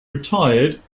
retired